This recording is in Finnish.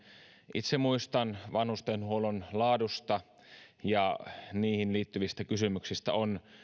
itse muistan vanhustenhuollon laadusta ja siihen liittyvistä kysymyksistä on